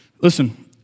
Listen